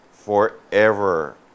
forever